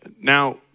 Now